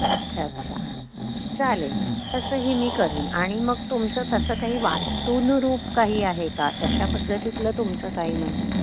अच्छा अच्छा चालेल तसंही मी करीन आणि मग तुमचं तसं काही वास्तूनुरूप काही आहे का तशा पद्धतीतलं तुमचं काही म्हणणं आहे